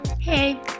hey